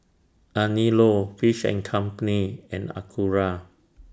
Anello Fish and Company and Acura